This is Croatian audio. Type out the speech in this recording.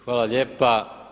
Hvala lijepa.